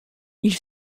ils